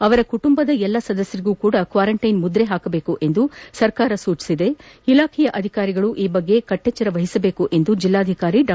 ಅವರ ಕುಟುಂಬದ ಎಲ್ಲಾ ಸದಸ್ಕರಿಗೂ ಕೂಡ ಕ್ವಾರಂಟ್ಟೆನ್ ಮುದ್ರೆ ಹಾಕಬೇಕು ಎಂದು ಸರ್ಕಾರ ಸೂಚನೆ ಕೊಟ್ಟಿದ್ದು ಇಲಾಖೆಯ ಅಧಿಕಾರಿಗಳು ಈ ಬಗ್ಗೆ ಕಟ್ಟೆಚ್ಚರ ವಹಿಸಬೇಕು ಎಂದು ಜಿಲ್ಲಾಧಿಕಾರಿ ಡಾ